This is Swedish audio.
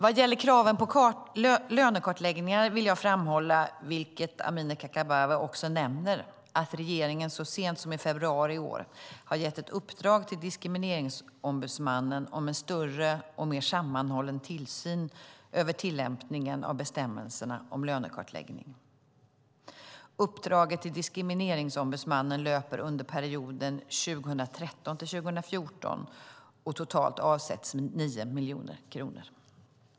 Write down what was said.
Vad gäller kraven på lönekartläggningar vill jag framhålla, vilket Amineh Kakabaveh också nämner, att regeringen så sent som i februari i år gett ett uppdrag till Diskrimineringsombudsmannen om en större och mer sammanhållen tillsyn över tillämpningen av bestämmelserna om lönekartläggning. Uppdraget till Diskrimineringsombudsmannen löper under perioden 2013-2014 och totalt avsätts 9 miljoner kronor.